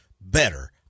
better